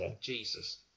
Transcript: Jesus